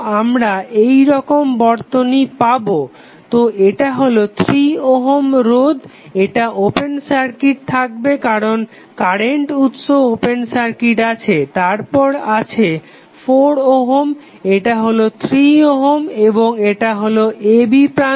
আমরা এইরকম বর্তনী পাবো তো এটা হলো 3 ওহম এটা ওপেন সার্কিট থাকবে কারণ কারেন্ট উৎস ওপেন সার্কিট আছে তারপর আছে 6 ওহম এটা হলো 3 ওহম এবং এটা হলো a b প্রান্ত